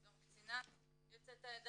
יש שם גם קצינה יוצאת העדה